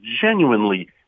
genuinely